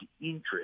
interest